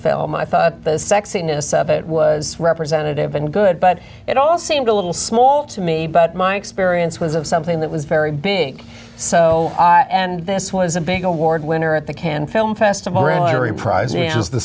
film i thought the sexiness of it was representative and good but it all seemed a little small to me but my experience was of something that was very big so and this was a big award winner at the cannes film festival re